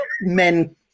men